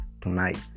tonight